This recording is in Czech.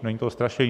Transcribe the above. Není to strašení.